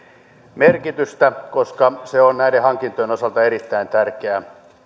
merkitystä koska se on näiden hankintojen osalta erittäin tärkeä